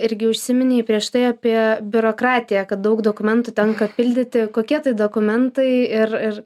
irgi užsiminei prieš tai apie biurokratiją kad daug dokumentų tenka pildyti kokie tai dokumentai ir ir